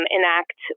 Enact